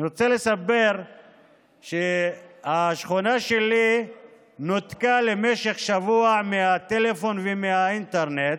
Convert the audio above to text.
אני רוצה לספר שהשכונה שלי נותקה למשך שבוע מהטלפון והאינטרנט.